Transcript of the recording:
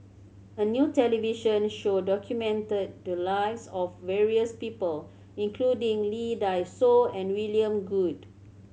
a new television show documented the lives of various people including Lee Dai Soh and William Goode